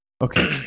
Okay